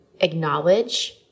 acknowledge